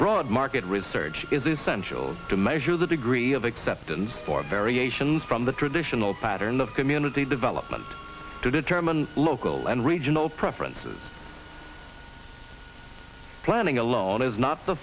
broad market research is essential to measure the degree of acceptance for variations from the traditional pattern of community development to determine local and regional preferences planning alone is not the